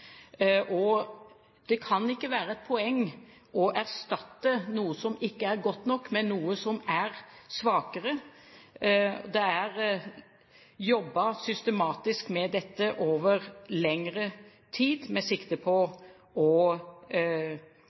Det kan ikke være et poeng å erstatte noe som ikke er godt nok med noe som er svakere. Det er jobbet systematisk med dette over lengre tid, med sikte på å